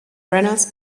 reynolds